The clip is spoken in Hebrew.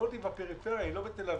החקלאות היא בפריפריה, היא לא בתל אביב.